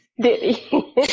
Diddy